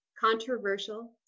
controversial